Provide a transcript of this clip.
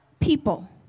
people